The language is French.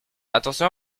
attention